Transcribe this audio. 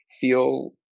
feel